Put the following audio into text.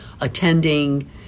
attending